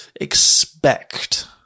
expect